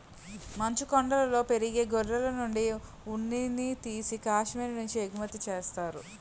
మంచుకొండలలో పెరిగే గొర్రెలనుండి ఉన్నిని తీసి కాశ్మీరు నుంచి ఎగుమతి చేత్తారు